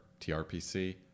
TRPC